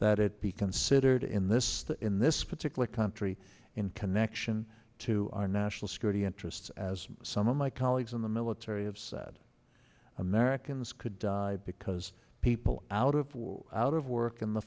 it be considered in this in this particular country in connection to our national security interests as some of my colleagues in the military have said americans could because people out of out of work in the